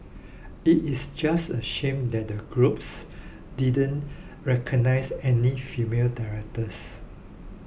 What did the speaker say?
it is just a shame that the Globes didn't recognise any female directors